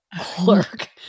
clerk